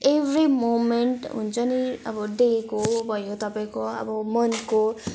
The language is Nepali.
एभ्री मोमेन्ट हुन्छ नि अब डेको भयो तपाईँको अब मन्थको